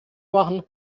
machen